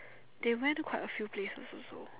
they went to quite a few places also